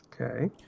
Okay